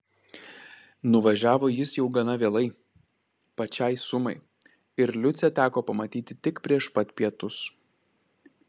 nuvažiavo jis jau gana vėlai pačiai sumai ir liucę teko pamatyti tik prieš pat pietus